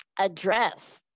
address